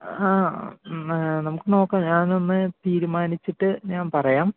ആ നമുക്ക് നോക്കാം ഞാൻ ഒന്ന് തീരുമാനിച്ചിട്ട് ഞാൻ പറയാം